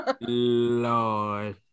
Lord